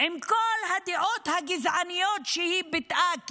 עם כל הדעות הגזעניות שהיא ביטאה,